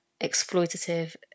exploitative